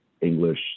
English